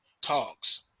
talks